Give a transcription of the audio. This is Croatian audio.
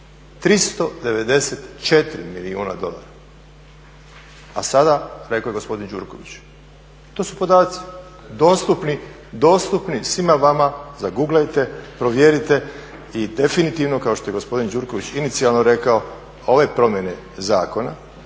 394 milijuna dolara, a sada rekao je gospodin Gjurković to su podaci dostupni svima vama zaguglajte, provjerite i definitivno kao što je gospodin Gjurković inicijalno reko ove promjene zakona